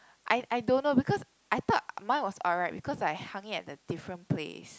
I I don't know because I thought mine was alright because I hung it at a different place